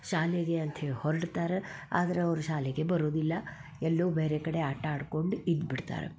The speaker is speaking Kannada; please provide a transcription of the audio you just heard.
ಶಾಲೆಗೆ ಅಂತ್ಹೇಳಿ ಹೊರಡ್ತಾರೆ ಆದ್ರೆ ಅವರು ಶಾಲೆಗೆ ಬರುದಿಲ್ಲ ಎಲ್ಲೋ ಬೇರೆ ಕಡೆ ಆಟ ಆಡ್ಕೊಂಡು ಇದು ಬಿಡ್ತಾರೆ